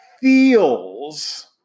feels